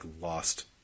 lost